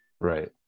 Right